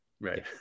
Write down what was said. right